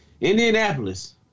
Indianapolis